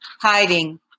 hiding